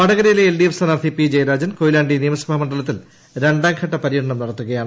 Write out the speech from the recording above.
വടകരയിലെ L D F സ്ഥാനാർഥി P Jayarajan Koyilandy നിയമസഭാ മണ്ഡലത്തിൽ രണ്ടാംഘട്ട പര്യടനം നടത്തുകയാണ്